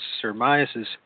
surmises